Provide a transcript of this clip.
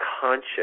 conscious